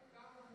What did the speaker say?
אוהבים את כולם.